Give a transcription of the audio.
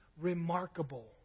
remarkable